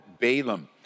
Balaam